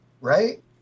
Right